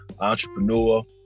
entrepreneur